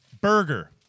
burger